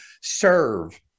serve